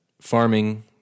farming